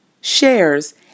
shares